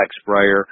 sprayer